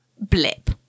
blip